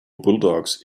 bulldogs